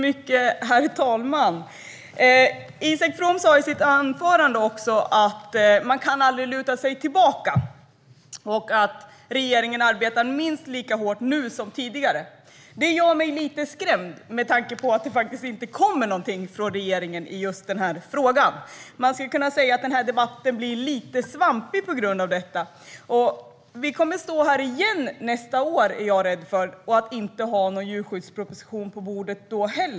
Herr talman! Isak From sa i sitt anförande att man aldrig kan luta sig tillbaka och att regeringen arbetar minst lika hårt nu som tidigare. Det gör mig lite skrämd med tanke på att det faktiskt inte kommer någonting från regeringen i den här frågan. Den här debatten blir lite svampig på grund av detta. Jag är rädd för att vi står här igen nästa år och inte heller då har en djurskyddsproposition på bordet.